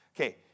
Okay